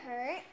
hurt